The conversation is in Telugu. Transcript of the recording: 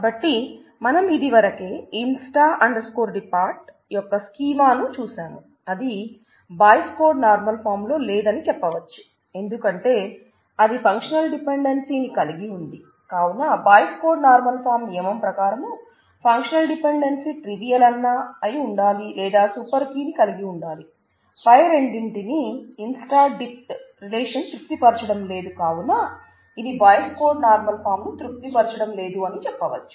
కాబట్టీ మనం ఇదివరకే inst dept యొక్క స్కీమా ని కలిగి ఉండాలి పై రెండింటినీ inst dept రిలేషన్ తృప్తి పరచడం లేదు కావున ఇది బాయిస్ కోడ్ నార్మల్ ఫాం ను తృప్తి పరచడం లేదు అని చెప్పవచ్చు